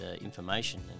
information